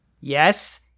Yes